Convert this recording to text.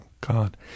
God